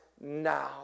now